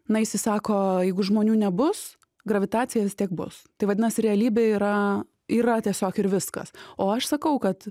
na jisai sako jeigu žmonių nebus gravitacija vis tiek bus tai vadinasi realybė yra yra tiesiog ir viskas o aš sakau kad